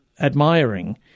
admiring